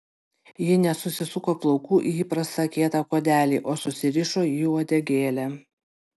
ji nesusisuko plaukų į įprastą kietą kuodelį o susirišo į uodegėlę